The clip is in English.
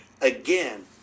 Again